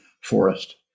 forest